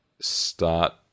start